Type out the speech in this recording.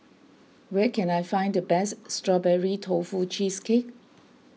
where can I find the best Strawberry Tofu Cheesecake